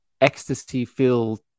ecstasy-filled